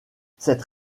cette